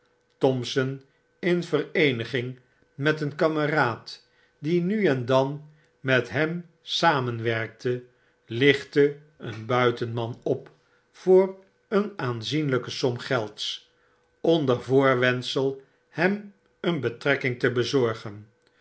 thompson in vereeniging met een kameraad die nu en dan met hem samenwerkte lichtte een buitenman op voor een aanzienljjke som gelds onder voorwendsel hem een betrekking te bezorgen